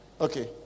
Okay